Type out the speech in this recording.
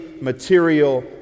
material